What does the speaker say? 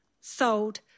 sold